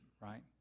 right